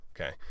okay